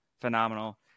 phenomenal